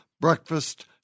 breakfast